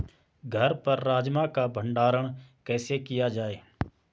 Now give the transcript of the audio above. घर पर राजमा का भण्डारण कैसे किया जाय?